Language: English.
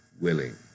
willing